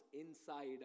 inside